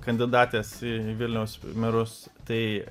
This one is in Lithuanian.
kandidatės į vilniaus merus tai